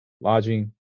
lodging